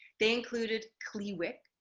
they included klee wyck,